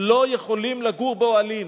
לא יכולים לגור באוהלים,